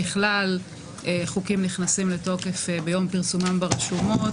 ככלל, חוקים נכנסים לתוקף ביום פרסומם ברשומות.